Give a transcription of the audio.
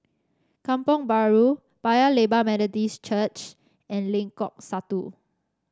Kampong Bahru Paya Lebar Methodist Church and Lengkok Satu